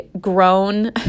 grown